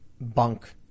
bunk